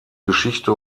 geschichte